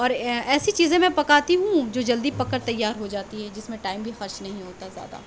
اور ایسی چیزیں میں پکاتی ہوں جو جلدی پک کر تیاری ہو جاتی ہیں جس میں ٹائم بھی خرچ نہیں ہوتا زیادہ